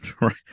right